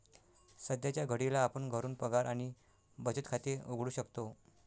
सध्याच्या घडीला आपण घरून पगार आणि बचत खाते उघडू शकतो